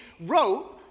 wrote